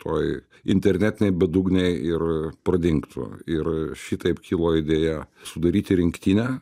toj internetinėj bedugnėj ir pradingtų ir šitaip kilo idėja sudaryti rinktinę